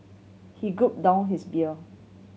he gulped down his beer